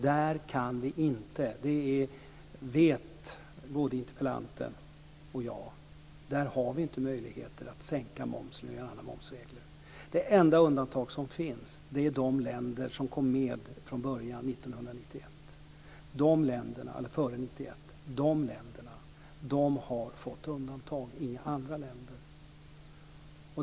Där har vi inte, det vet både interpellanten och jag, möjlighet att sänka momsen. De enda undantag från reglerna som finns har de länder som kom med före 1991. De länderna har fått undantag, men inga andra länder.